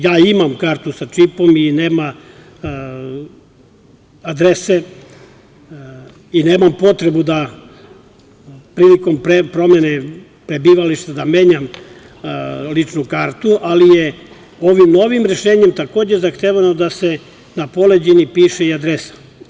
Ja imam kartu sa čipom i nema adrese i nemam potrebu da prilikom promene prebivališta menjam ličnu kartu, ali je ovim novim rešenjem takođe zahtevano da se na poleđini piše i adresa.